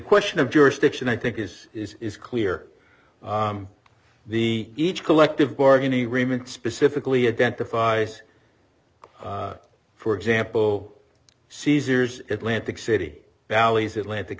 question of jurisdiction i think is is is clear the each collective bargaining agreement specifically identified as for example caesars atlantic city bally's atlantic